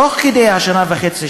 תוך כדי השנה וחצי,